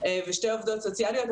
ושתי עובדות סוציאליות,